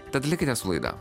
tad likite su laida